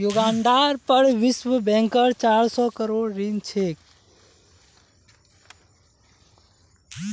युगांडार पर विश्व बैंकेर चार सौ करोड़ ऋण छेक